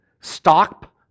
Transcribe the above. Stop